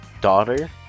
Daughter